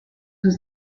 was